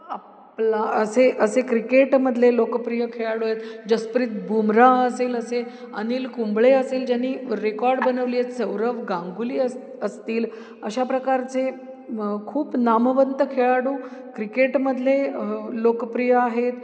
आपला असे असे क्रिकेटमधले लोकप्रिय खेळाडू आहेत जसप्रीत बुमरा असेल असे अनिल कुंबळे असेल ज्यांनी रेकॉर्ड बनवली सौरव गांगुली अस असतील अशा प्रकारचे खूप नामवंत खेळाडू क्रिकेटमधले लोकप्रिय आहेत